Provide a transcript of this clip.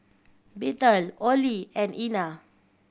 Bethel Ollie and Ena